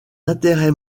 intérêts